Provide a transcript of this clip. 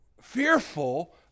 fearful